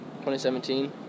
2017